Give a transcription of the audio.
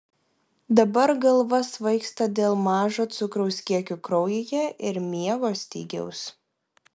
dabar galva svaigsta dėl mažo cukraus kiekio kraujyje ir miego stygiaus